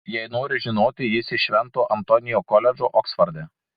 jei nori žinoti jis iš švento antonio koledžo oksforde